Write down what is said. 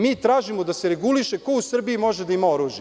Mi tražimo da se reguliše ko u Srbiji može da ima oružje.